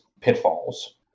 pitfalls